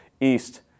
East